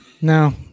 No